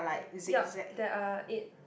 yup there are eight